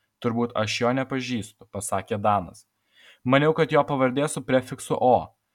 turbūt aš jo nepažįstu pasakė danas maniau kad jo pavardė su prefiksu o